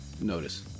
notice